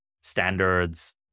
standards